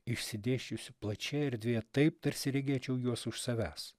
išsidėsčiusių plačioje erdvėje taip tarsi regėčiau juos už savęs